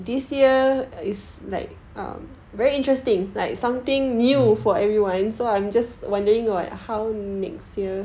mm